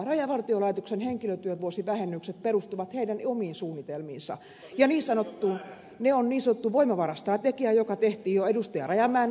rajavartiolaitoksen henkilötyövuosivähennykset perustuvat heidän omiin suunnitelmiinsa niin sanottuun voimavarastrategiaan joka tehtiin jo ed